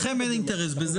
לכם אין אינטרס בזה.